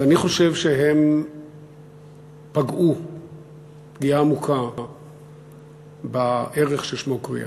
ואני חושב שהם פגעו פגיעה עמוקה בערך ששמו קריעה.